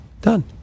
Done